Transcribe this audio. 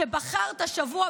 שבחרת השבוע,